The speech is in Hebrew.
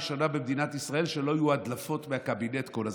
זו הייתה המלחמה הראשונה במדינת ישראל שלא היו הדלפות מהקבינט כל הזמן.